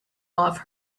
off